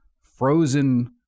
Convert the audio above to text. frozen